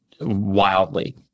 wildly